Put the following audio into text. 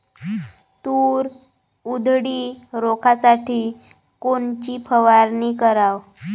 तूर उधळी रोखासाठी कोनची फवारनी कराव?